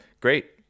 great